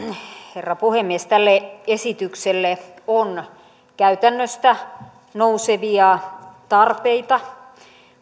herra puhemies tälle esitykselle on käytännöstä nousevia tarpeita